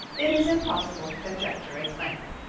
it is impossible to conjecture its length.